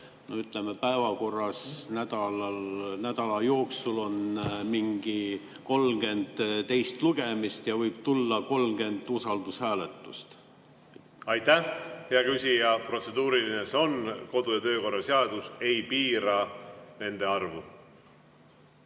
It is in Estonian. ütleme, päevakorras on nädala jooksul mingi 30 teist lugemist ja võib tulla 30 usaldushääletust? Aitäh, hea küsija! Protseduuriline [küsimus] see on. Kodu- ja töökorra seadus ei piira nende arvu.